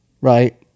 right